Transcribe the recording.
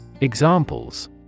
Examples